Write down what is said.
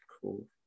Cool